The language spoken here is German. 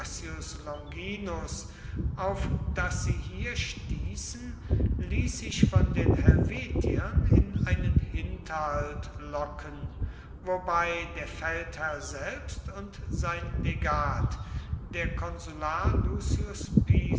auf das sie hier stießen ließ sich von den helvetiern in einen hinterhalt locken wobei der feldherr selber und sein legat der konsular